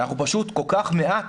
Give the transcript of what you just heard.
אנחנו פשוט כל כך מעט,